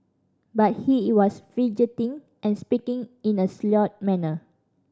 but he was fidgeting and speaking in a slurred manner